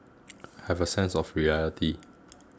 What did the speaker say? have a sense of reality